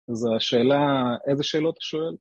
אז השאלה, איזה שאלות הוא שואל?